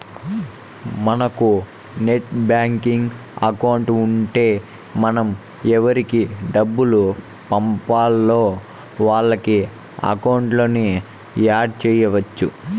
మనకు net banking account ఉంటే మనం ఎవురికి డబ్బులు పంపాల్నో వాళ్ళ అకౌంట్లని యాడ్ చెయ్యచ్చు